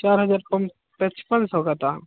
चार हज़ार पाँच पचपन सौ का था